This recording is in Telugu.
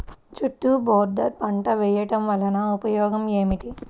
చుట్టూ బోర్డర్ పంట వేయుట వలన ఉపయోగం ఏమిటి?